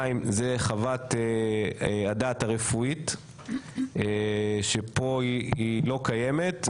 2. חוות הדעת הרפואית, שלא קיימת פה.